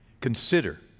Consider